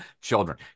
children